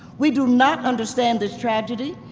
we do not understand this tragedy.